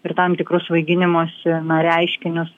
ir tam tikrus svaiginimosi reiškinius